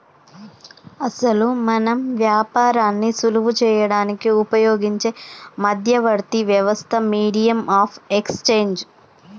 అసలు మనం వ్యాపారాన్ని సులువు చేయడానికి ఉపయోగించే మధ్యవర్తి వ్యవస్థ మీడియం ఆఫ్ ఎక్స్చేంజ్